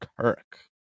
Kirk